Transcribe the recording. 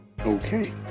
Okay